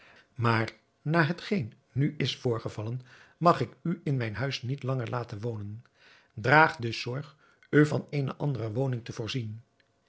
maar na hetgeen nu is voorgevallen mag ik u in mijn huis niet langer laten wonen draag dus zorg u van eene andere woning te voorzien